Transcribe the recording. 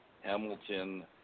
Hamilton